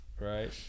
Right